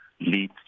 lead